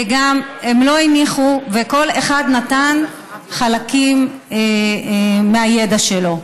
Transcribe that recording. הם לא הניחו וכל אחד נתן חלקים מהידע שלו.